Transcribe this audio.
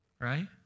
right